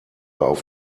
auf